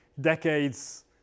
decades